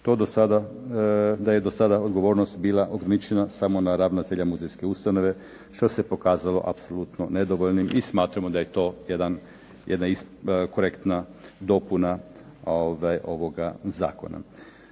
s obzirom da je to do sada odgovornost bila ograničena samo na ravnatelja muzejske ustanove što se pokazalo apsolutno nedovoljnim i smatramo da je to jedna korektna dopuna ovoga zakona.